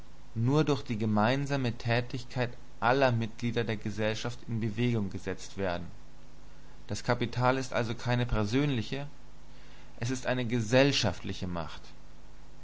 nur durch die gemeinsame tätigkeit aller mitglieder der gesellschaft in bewegung gesetzt werden das kapital ist also keine persönliche es ist eine gesellschaftliche macht